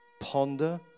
ponder